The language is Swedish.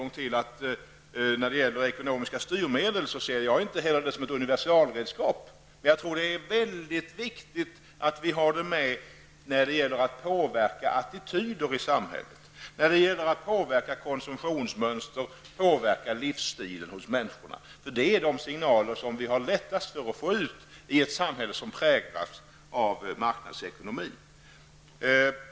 Jag vill än en gång understryka att jag inte ser ekonomiska styrmedel som ett universalredskap, men jag tror att det är viktigt att vi har detta med när det gäller att påverka attityder i samhället, konsumtionsmönster och människors livsstil. Detta är de signaler som vi har lättast att få ut i ett samhälle som präglas av marknadsekonomin.